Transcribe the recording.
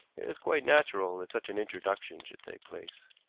it is quite natural that such an introduction should take place.